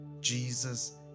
Jesus